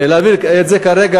להעביר את זה כרגע,